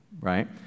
right